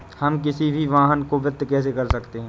हम किसी भी वाहन को वित्त कैसे कर सकते हैं?